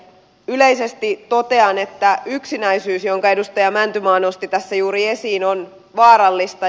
yleisesti totean että yksinäisyys jonka edustaja mäntymaa nosti tässä juuri esiin on vaarallista